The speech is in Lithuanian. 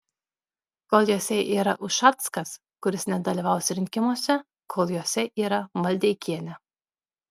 kol jose yra ušackas kuris nedalyvaus rinkimuose kol juose yra maldeikienė